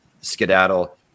skedaddle